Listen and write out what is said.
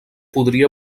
podria